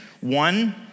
One